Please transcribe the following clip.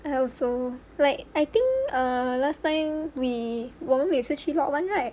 I also like I think err last time we 我们每次去 lot one right